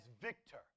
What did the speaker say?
victor